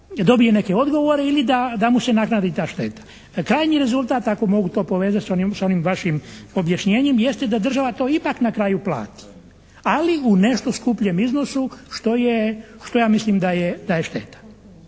dobije neke odgovore ili da mu se naknadi ta šteta. Krajnji rezultat ako mogu to povezati s onim vašim objašnjenjem jeste da država to ipak na kraju plati, ali u nešto skupljem iznosu što je, što ja mislim da je šteta.